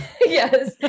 Yes